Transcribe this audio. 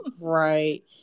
Right